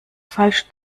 falsch